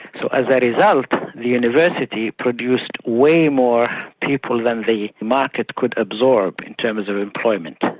so as a result the university produced way more people than the market could absorb in terms of employment.